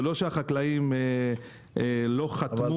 זה לא שהחקלאים לא חתמו.